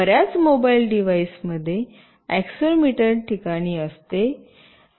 बर्याच मोबाइल डिव्हाइसमध्ये एक्सेलेरोमीटर ठिकाणी असते